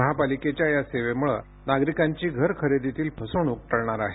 महापालिकेच्या या सेवेमुळे नागरीकांची घर खरेदीतील फसवणूक टळणार आहे